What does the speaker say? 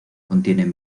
contienen